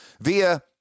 via